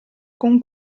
con